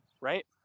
right